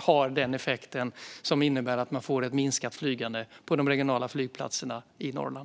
har en effekt som innebär att man får ett minskat flygande på de regionala flygplatserna i Norrland.